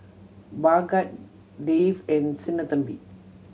Bhagat Dev and Sinnathamby